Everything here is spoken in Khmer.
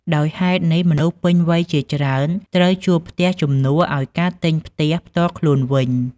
ដោយហេតុនេះ មនុស្សពេញវ័យជាច្រើនត្រូវជួលផ្ទះជំនួសឱ្យការទិញផ្ទះផ្ទាល់ខ្លួនវិញ។